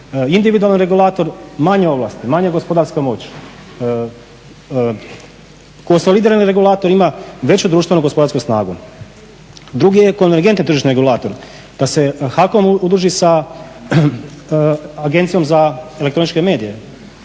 individualni regulator manje ovlasti, manja gospodarska moć. Konsolidirani regulator ima veću društvenu gospodarsku snagu. Drugi je konvergentni tržišni regulator. Da se HAKOM udruži sa Agencijom za elektroničke medije.